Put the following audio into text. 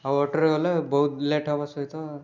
ଆଉ ଅଟୋରେ ଗଲେ ବହୁତ ଲେଟ୍ ହେବା ସହିତ